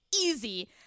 easy